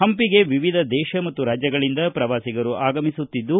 ಹಂಪಿಗೆ ವಿವಿಧ ದೇಶ ಮತ್ತು ರಾಜ್ಯಗಳಿಂದ ಪ್ರವಾಸಿಗರು ಆಗಮಿಸುತ್ತಿದ್ದು